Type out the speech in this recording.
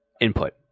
input